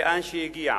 לאן שהיא הגיעה,